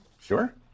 Sure